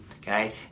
Okay